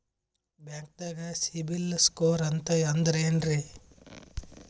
ಬ್ಯಾಂಕ್ದಾಗ ಸಿಬಿಲ್ ಸ್ಕೋರ್ ಅಂತ ಅಂದ್ರೆ ಏನ್ರೀ?